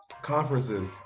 Conferences